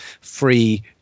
free